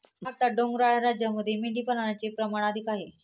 भारतात डोंगराळ राज्यांमध्ये मेंढीपालनाचे प्रमाण अधिक आहे